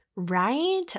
right